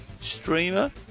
streamer